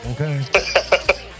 okay